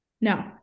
No